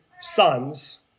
sons